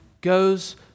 goes